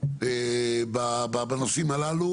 בנושאים הללו